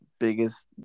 Biggest